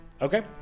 Okay